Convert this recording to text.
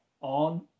on